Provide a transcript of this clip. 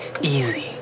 easy